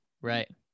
Right